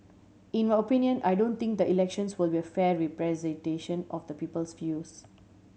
in my opinion I don't think the elections will be a fair representation of the people's views